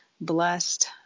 blessed